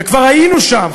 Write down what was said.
וכבר היינו שם,